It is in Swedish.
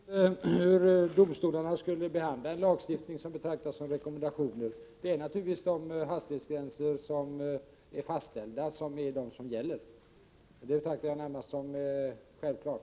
Herr talman! Jag vet inte hur domstolarna skulle behandla en lagstiftning som betraktas som rekommendationer. Det är naturligtvis de hastighetsgränser som är fastställda som gäller. Det betraktar jag närmast som självklart.